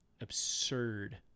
absurd